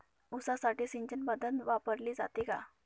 ऊसासाठी सिंचन पद्धत वापरली जाते का?